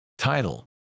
Title